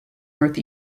north